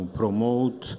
promote